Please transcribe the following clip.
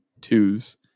twos